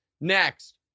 Next